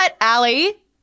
Allie